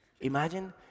Imagine